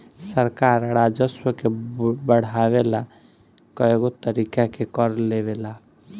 सरकार राजस्व के बढ़ावे ला कएगो तरीका के कर लेवेला